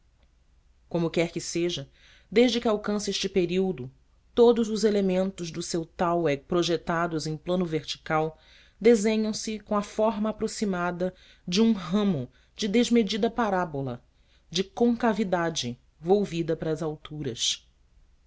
como quer que seja desde que alcança este período todos os elementos do seu thalweg projetados em plano vertical desenham se com a forma aproximada de um ramo de desmedida parábola de concavidade volvida para as alturas